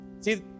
See